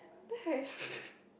then I